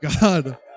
God